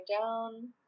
down